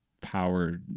power